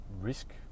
risk